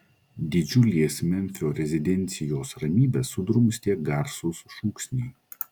didžiulės memfio rezidencijos ramybę sudrumstė garsūs šūksniai